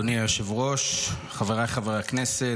אדוני היושב-ראש, חבריי חברי הכנסת,